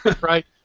right